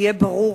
יהיה ברור,